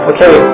Okay